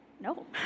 no